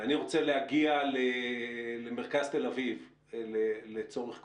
ואני רוצה להגיע למרכז תל אביב לצורך כלשהו.